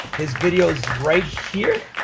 his videos right here.